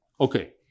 Okay